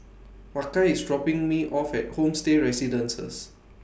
Makai IS dropping Me off At Homestay Residences